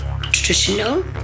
traditional